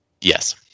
Yes